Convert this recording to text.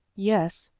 yes,